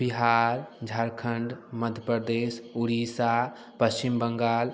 Bihar Jharkhand Madhya Pradesh Orissa Paschim Bengal